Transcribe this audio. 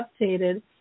updated